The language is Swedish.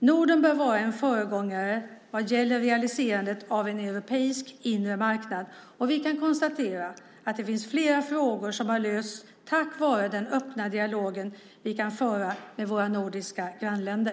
Norden bör vara en föregångare vad gäller realiserandet av en europeisk inre marknad, och vi kan konstatera att det finns flera frågor som har lösts tack vare den öppna dialog vi kan föra med våra nordiska grannländer.